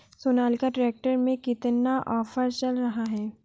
Sonalika tractor में कितना offer चल रहा है?